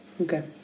Okay